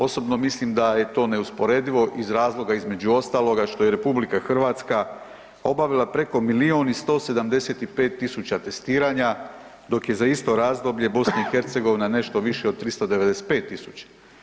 Osobno mislim da je to neusporedivo iz razloga između ostaloga što je RH obavila preko milion i 175 tisuća testiranja dok je za isto razdoblje BiH nešto više od 395 tisuća.